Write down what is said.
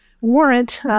warrant